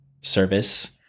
service